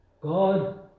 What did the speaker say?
God